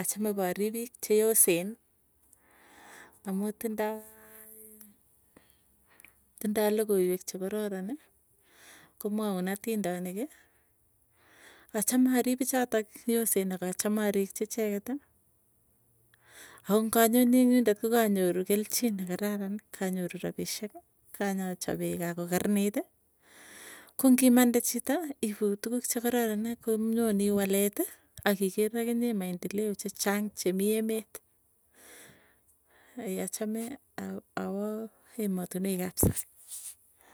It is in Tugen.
achame parip piik cheyosen amuu tindoi tindoi lokoiwek, chekaroroni komwaun atindoniki. Achame arip pichatok yosen akachame arikchi icheketi, akonganyoni ing yundok kokanyoru kelchin nekararan kanyoru rapisyeki, kanyachapee kaa kokaraniti. Ko ngimande chito iipu tukuk chekararoni konyonii waleti, akiker akinye maendeleo chechang chemii emet achame awoo ematinwek ap sang.